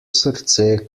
srce